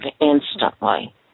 instantly